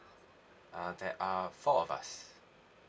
uh there are four of us